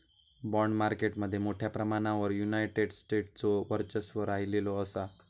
bond market मध्ये मोठ्या प्रमाणावर युनायटेड स्टेट्सचो वर्चस्व राहिलेलो असा